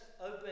open